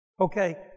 Okay